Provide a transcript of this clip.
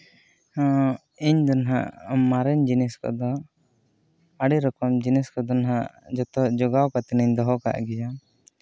ᱤᱧᱫᱚ ᱦᱟᱸᱜ ᱢᱟᱨᱮᱱ ᱡᱤᱱᱤᱥ ᱠᱚᱫᱚ ᱟᱹᱰᱤ ᱨᱚᱠᱚᱢ ᱡᱤᱱᱤᱥ ᱠᱚᱫᱚ ᱦᱟᱸᱜ ᱡᱚᱛᱚ ᱡᱳᱜᱟᱣ ᱠᱟᱛᱮ ᱤᱧ ᱫᱚᱦᱚ ᱠᱟᱜ ᱜᱮ ᱦᱟᱸᱜ